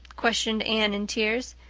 questioned anne in tears.